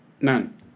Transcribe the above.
None